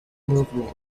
movement